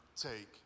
take